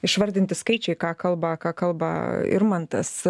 išvardinti skaičiai ką kalba ką kalba irmantas